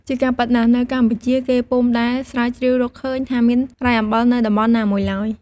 ជាការពិតណាស់ នៅប្រទេសកម្ពុជាគេពុំដែលស្រាវជ្រាវរកឃើញថាមានរ៉ែអំបិល នៅតំបន់ណាមួយឡើយ។